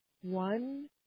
one